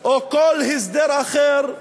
או כל הסדר אחר,